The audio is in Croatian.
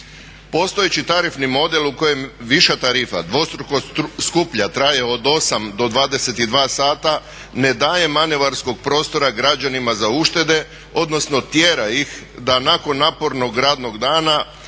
Postojeći tarifni model u kojem viša tarifa dvostruko skuplja traje od 8,00 do 22,00 sata, ne daje manevarskog prostora građanima za uštede odnosno tjera ih da nakon napornog radnog dana